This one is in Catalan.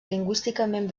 lingüísticament